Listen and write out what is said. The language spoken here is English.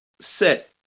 set